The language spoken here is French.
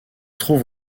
trouve